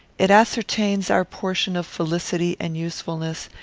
it ascertains our portion of felicity and usefulness,